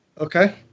okay